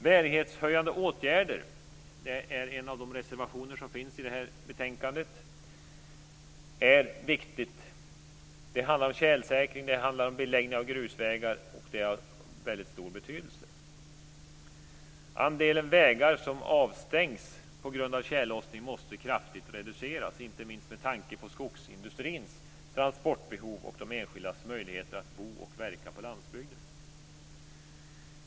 En av reservationerna i betänkandet handlar om bärighetshöjande åtgärder. Det är viktigt. Det handlar om tjälsäkring och beläggning av grusvägar som är av mycket stor betydelse. Andelen vägar som avstängs på grund av tjällossning måste kraftigt reduceras, inte minst med tanke på skogsindustrins transportbehov och de enskildas möjlighet att bo och verka på landsbygden.